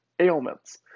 ailments